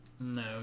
No